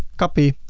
copy